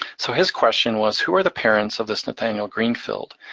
so his question was, who are the parents of this nathaniel greenfield?